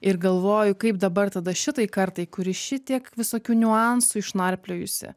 ir galvoju kaip dabar tada šitai kartai kuri šitiek visokių niuansų išnarpliojusi